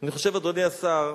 אני חושב, אדוני השר,